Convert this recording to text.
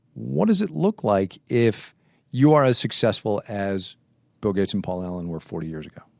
what does it look like if you are as successful as bill gates and paul allen were forty years ago?